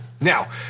Now